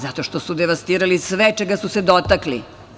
Zato što su devastirali sve čega su se dotakli.